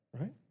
right